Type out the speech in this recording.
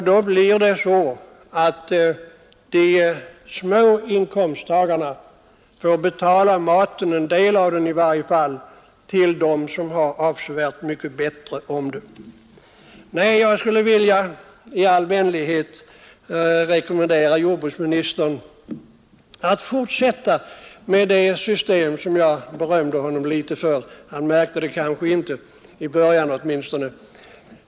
De små inkomsttagarna får då betala en del av maten för dem som har det avsevärt mycket bättre ställt ekonomiskt. Jag skulle i all vänlighet vilja rekommendera jordbruksministern att fortsätta med det system som jag berömde honom litet för.